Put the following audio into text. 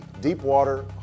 Deepwater